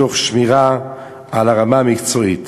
תוך שמירה על הרמה המקצועית.